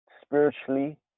spiritually